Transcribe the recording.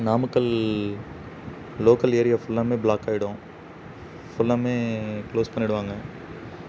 Namakkal local area ஃபுல்லாவுமே block ஆயிடும் ஃபுல்லாமே க்ளோஸ் பண்ணிடுவாங்க